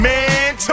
Man